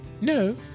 No